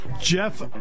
Jeff